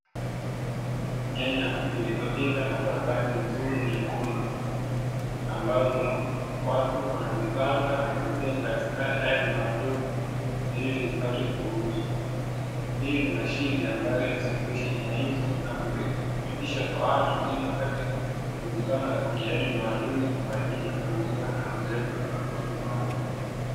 Nyanya zilizoiva na kuwa na rangi nzuri nyekundu ambazo watu wanazipanga na kuzitenga katika idadi maalumu ili zipate kuuzwa, hiyo ni mashine ambayo inasafirisha nyanya hizo na kuzifikisha kwa watu ili wapate kuzipanga kwenye idadi maalumu kwa ajili ya kuuza na kuziweka kwenye mafungu maalumu.